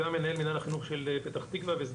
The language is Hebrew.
גם מנהל מנהל החינוך של פתח תקווה וגם